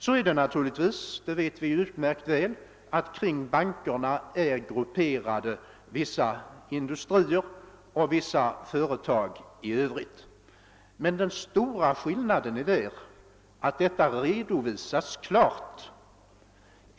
Ja, vi vet utmärkt väl att vissa industrier och andra företag är grupperade kring banker. Den stora skillnaden är emellertid att detta redovisas klart.